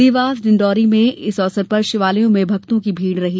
देवास डिण्डौरी में इस अवसर पर शिवालयों में भक्तों की भीड़ रही